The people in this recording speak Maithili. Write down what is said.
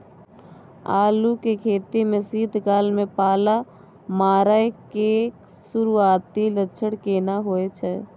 आलू के खेती में शीत काल में पाला मारै के सुरूआती लक्षण केना होय छै?